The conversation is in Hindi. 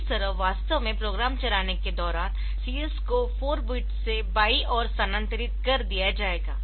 इस तरह वास्तव में प्रोग्राम चलाने के दौरान CS को 4 बिट्स से बाई ओर स्थानांतरित कर दिया जाएगा